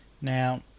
Now